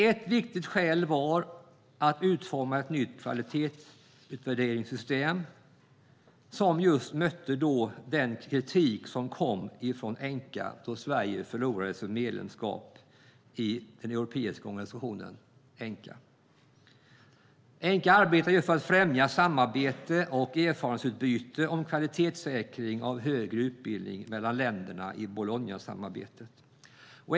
Ett viktigt skäl var att utforma ett nytt kvalitetsutvärderingssystem som mötte den kritik som kom när Sverige förlorade sitt medlemskap i den europeiska organisationen ENQA som arbetar för att främja samarbete och erfarenhetsutbyte om kvalitetssäkring av högre utbildning mellan länderna i Bolognasamarbetet.